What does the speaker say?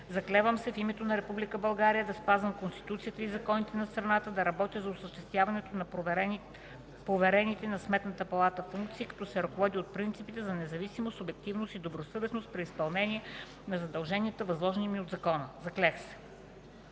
„Заклевам се в името на Република България да спазвам Конституцията и законите на страната, да работя за осъществяването на поверените на Сметната палата функции, като се ръководя от принципите за независимост, обективност и добросъвестност при изпълнението на задълженията, възложени ми от закона. Заклех се.”